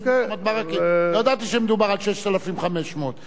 לא ידעתי שמדובר על 6500. יושב-ראש הכנסת,